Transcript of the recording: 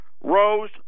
rose